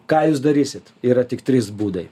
ką jūs darysit yra tik trys būdai